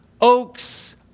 Oaks